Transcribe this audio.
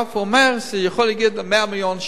הוא אומר שזה יכול להגיע עד ל-100 מיליון שקל.